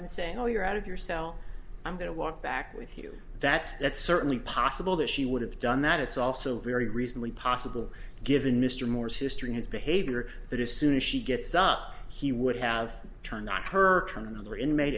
and saying oh you're out of your cell i'm going to walk back with you that's that's certainly possible that she would have done that it's also very recently possible given mr moore's history his behavior that as soon as she gets up he would have turned on her from another inmate